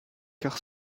car